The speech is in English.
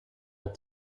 had